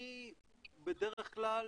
אני בדרך כלל